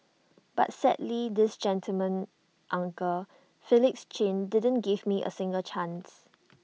but sadly this gentleman uncle Felix chin didn't give me A single chance